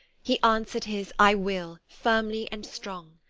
he answered his i will firmly and strongly.